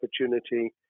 opportunity